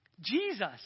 Jesus